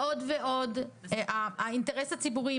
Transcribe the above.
האינטרס הציבורי,